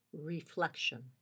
reflection